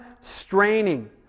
straining